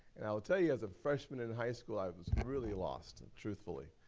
and i'll tell you, as a freshman in high school, i was really lost, and truthfully.